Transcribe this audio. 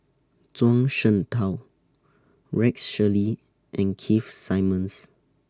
Zhuang Shengtao Rex Shelley and Keith Simmons